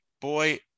boy